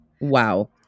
Wow